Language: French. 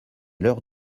l’heure